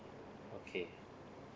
okay